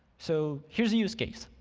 so here is a use-case.